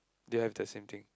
do you have the same thing